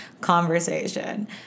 conversation